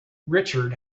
richard